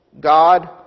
God